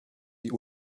die